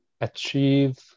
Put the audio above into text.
achieve